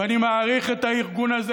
ואני מעריך את הארגון הזה,